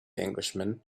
englishman